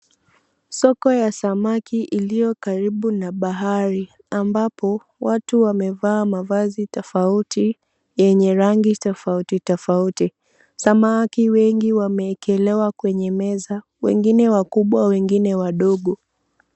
Soko ya samaki iliyo karibu na bahari ambapo watu wamevaa mavazi tofauti yenye rangi tofauti tofauti. Samaki wengi wameekelewa kwenye meza, wengine wakubwa, wengine wadogo.